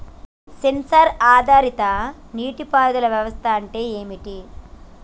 Censor ఆధారిత నీటి పారుదల వ్యవస్థ అంటే ఏమిటి?